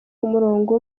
murongo